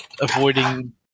avoiding